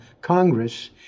Congress